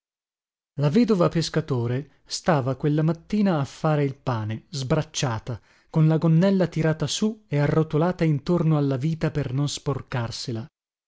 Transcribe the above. la vedova pescatore stava quella mattina a fare il pane sbracciata con la gonnella tirata sù e arrotolata intorno alla vita per non sporcarsela